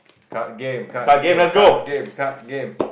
card game card game card game card game